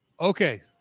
Okay